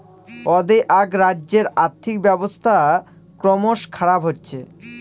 অ্দেআক রাজ্যের আর্থিক ব্যবস্থা ক্রমস খারাপ হচ্ছে